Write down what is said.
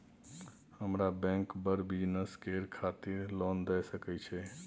हमरा बैंक बर बिजनेस करे खातिर लोन दय सके छै?